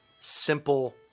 simple